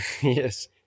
Yes